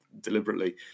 deliberately